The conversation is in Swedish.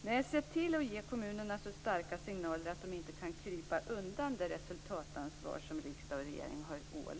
Nej, se till att ge kommunerna så starka signaler att de inte kan krypa undan det resultatansvar som riksdag och regering har ålagt dem!